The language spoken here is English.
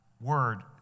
word